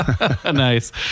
nice